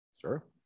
Sure